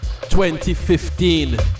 2015